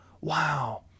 wow